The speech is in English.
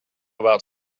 about